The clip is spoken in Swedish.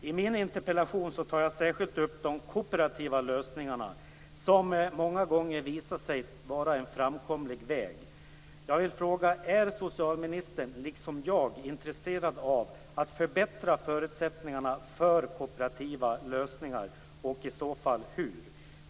I min interpellation tar jag särskilt upp de kooperativa lösningarna, som många gånger visat sig vara en framkomlig väg. Jag vill fråga: Är socialministern liksom jag intresserad av att förbättra förutsättningarna för kooperativa lösningar och i så fall hur?